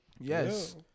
Yes